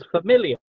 familiar